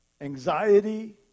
anxiety